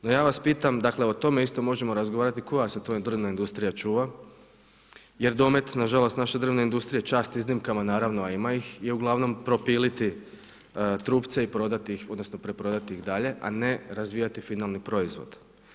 No ja vas pitam, dakle o tome isto možemo razgovarati, koja se to drvna industrija čuva jer domet, nažalost naše drvne industrije, čast iznimkama naravno, a ima ih, je uglavnom prepiliti trupce i prodati ih odnosno preprodati ih dalje, a ne razvijati finalni proizvod.